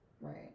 right